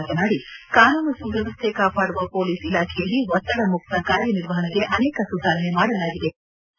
ಮಾತನಾಡಿ ಕಾನೂನು ಸುವ್ಕವಸ್ಥೆ ಕಾಪಾಡುವ ಮೊಲೀಸ್ ಇಲಾಖೆಯಲ್ಲಿ ಒತ್ತಡ ಮುಕ್ತ ಕಾರ್ಯನಿರ್ವಹಣೆಗೆ ಅನೇಕ ಸುಧಾರಣೆ ಮಾಡಲಾಗಿದೆ ಎಂದರು